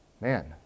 man